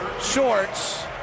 shorts